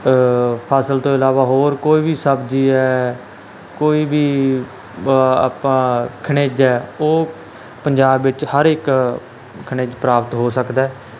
ਫ਼ਸਲ ਤੋਂ ਇਲਾਵਾ ਹੋਰ ਕੋਈ ਵੀ ਸਬਜ਼ੀ ਹੈ ਕੋਈ ਵੀ ਪ ਆਪਾਂ ਖਣਿਜ ਹੈ ਉਹ ਪੰਜਾਬ ਵਿੱਚ ਹਰ ਇੱਕ ਖਣਿਜ ਪ੍ਰਾਪਤ ਹੋ ਸਕਦਾ